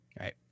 Right